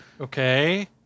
okay